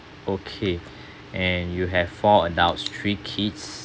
okay and you have four adults three kids